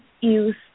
use